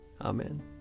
amen